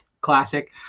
classic